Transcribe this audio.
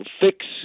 fix